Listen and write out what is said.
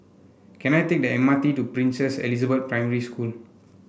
can I take the M R T to Princess Elizabeth Primary School